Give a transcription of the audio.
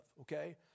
okay